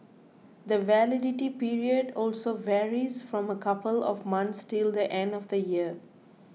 the validity period also varies from a couple of months till the end of the year